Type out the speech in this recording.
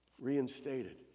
reinstated